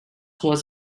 was